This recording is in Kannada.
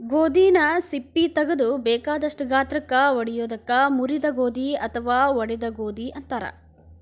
ಗೋಧಿನ ಸಿಪ್ಪಿ ತಗದು ಬೇಕಾದಷ್ಟ ಗಾತ್ರಕ್ಕ ಒಡಿಯೋದಕ್ಕ ಮುರಿದ ಗೋಧಿ ಅತ್ವಾ ಒಡದ ಗೋಧಿ ಅಂತಾರ